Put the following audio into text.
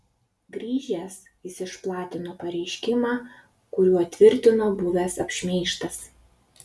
grįžęs jis išplatino pareiškimą kuriuo tvirtino buvęs apšmeižtas